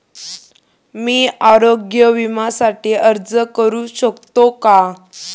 मी आरोग्य विम्यासाठी अर्ज करू शकतो का?